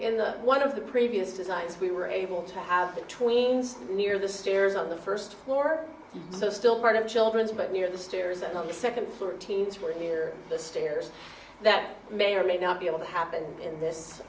in the one of the previous designs we were able to have the tweens near the stairs on the first floor so still part of children's but near the stairs and on the second floor teens were near the stairs that may or may not be able to happen in this